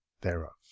thereof